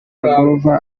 groove